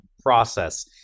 process